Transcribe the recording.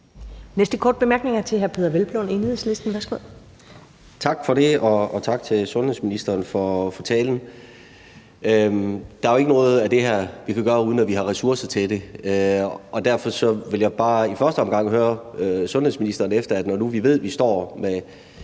Værsgo. Kl. 14:46 Peder Hvelplund (EL): Tak for det, og tak til sundhedsministeren for talen. Der er jo ikke noget af det her, vi kan gøre, uden at vi har ressourcer til det, og derfor vil jeg bare i første omgang høre sundhedsministeren om noget. Når nu vi ved, at vi står med